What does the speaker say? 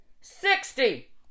Sixty